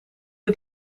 het